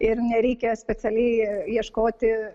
ir nereikia specialiai ieškoti